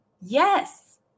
Yes